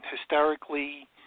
hysterically